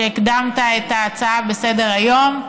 שהקדמת את ההצעה בסדר-היום.